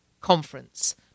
conference